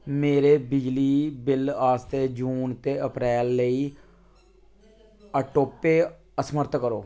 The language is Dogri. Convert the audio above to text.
मेरे बिजली बिल आस्तै जून ते अप्रैल लेई ऑटो पे असमर्थ करो